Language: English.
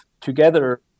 together